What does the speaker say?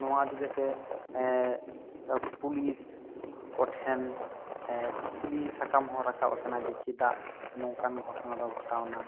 ᱱᱚᱣᱟ ᱤᱫᱤ ᱠᱟᱛᱮ ᱯᱩᱞᱤᱥ ᱠᱚ ᱴᱷᱮᱱ ᱠᱩᱠᱞᱤ ᱥᱟᱠᱟᱢ ᱦᱚᱸ ᱨᱟᱠᱟᱵ ᱟᱠᱟᱱᱟ ᱡᱮ ᱪᱮᱫᱟᱜ ᱱᱚᱝᱠᱟᱱ ᱜᱷᱚᱴᱱᱟ ᱫᱚ ᱜᱷᱚᱴᱟᱣ ᱮᱱᱟ